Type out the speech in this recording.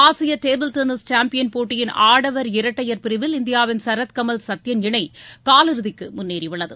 ஆசிய table tennis champion போட்டியின் ஆடவர் இரட்டையர் பிரிவில் இந்தியாவின் சரத் கமல் சத்தியன் இணை காலிறுதிக்கு முன்னேறி உள்ளது